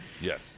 Yes